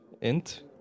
Int